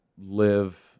live